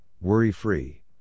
worry-free